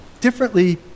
differently